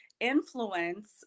influence